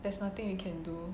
there's nothing you can do